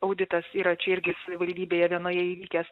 auditas yra čia irgi savivaldybėje vienoje įvykęs